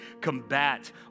combat